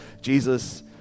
Jesus